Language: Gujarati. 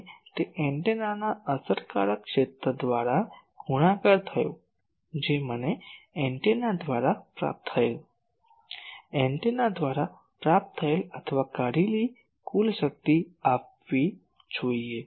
હવે તે એન્ટેનાના અસરકારક ક્ષેત્ર દ્વારા ગુણાકાર થયો જે મને એન્ટેના દ્વારા પ્રાપ્ત થયેલ એન્ટેના દ્વારા પ્રાપ્ત અથવા કાઢેલી કુલ શક્તિ આપવી જોઈએ